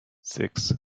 six